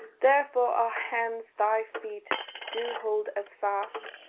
therefore our hands thy feet do hold as fast.